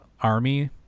army